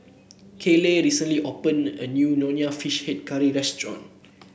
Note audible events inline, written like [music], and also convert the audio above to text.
Kayleigh recently opened a new Nonya Fish Head [unintelligible] restaurant